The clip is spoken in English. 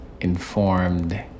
informed